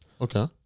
Okay